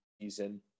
season